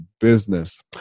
business